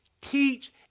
teach